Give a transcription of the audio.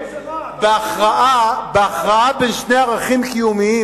בהכרעה בין שני ערכים קיומיים,